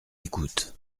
écoute